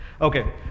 Okay